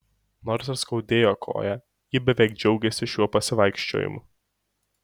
nors ir skaudėjo koją ji beveik džiaugėsi šiuo pasivaikščiojimu